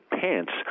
pants